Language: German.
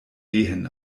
wehen